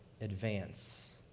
Advance